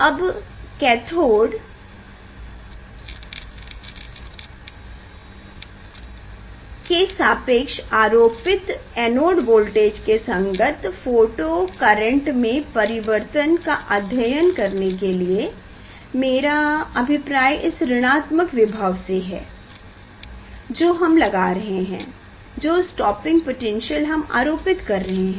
अब कैथोड़ के सापेक्ष आरोपित एनोड वोल्टेज के संगत फोटो करेंट में परिवर्तन का अध्ययन करने के लिए मेरा अभिप्राय इस ऋणात्मक विभव से है जो हम लगा रहे हैं जो स्टॉपिंग पोटैन्श्यल हम आरोपित कर रहें है